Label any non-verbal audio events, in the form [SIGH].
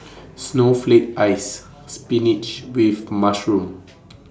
Snowflake Ice Spinach with Mushroom [NOISE]